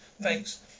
Thanks